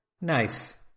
nice